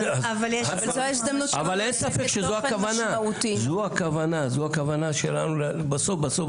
אבל אין ספק שזו הכוונה שלנו בסוף,